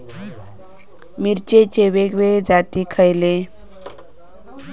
मिरचीचे वेगवेगळे जाती खयले?